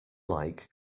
like